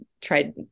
tried